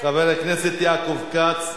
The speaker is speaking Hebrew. חבר הכנסת יעקב כץ,